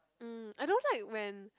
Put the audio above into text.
mm I don't like when